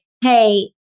Hey